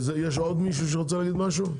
יש עוד מישהו שרוצה להגיד משהו על